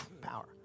power